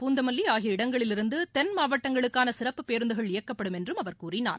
பூந்தமல்வி ஆகிய இடங்களிலிருந்து தென்மாவட்டங்களுக்கான சிறப்பு பேருந்துகள் இயக்கப்படும் என்றும் அவர் கூறினார்